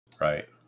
Right